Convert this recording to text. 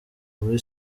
muri